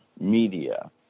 Media